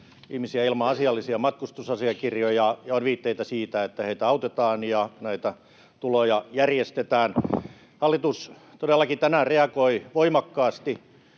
ihmisiä ilman asiallisia matkustusasiakirjoja ja on viitteitä siitä, että heitä autetaan ja näitä tuloja järjestetään. Hallitus todellakin tänään reagoi voimakkaasti